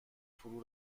فرو